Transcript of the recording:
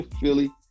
Philly